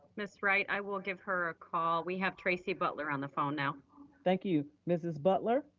ms. wright, i will give her a call, we have tracy butler on the phone now thank you, mrs. butler?